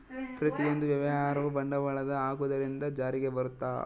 ಪ್ರತಿಯೊಂದು ವ್ಯವಹಾರವು ಬಂಡವಾಳದ ಹಾಕುವುದರಿಂದ ಜಾರಿಗೆ ಬರುತ್ತ